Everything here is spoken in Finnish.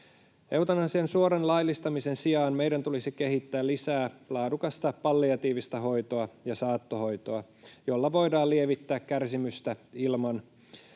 Eutanasian suoran laillistamisen sijaan meidän tulisi kehittää lisää laadukasta palliatiivista hoitoa ja saattohoitoa, joilla voidaan lievittää kärsimystä ilman,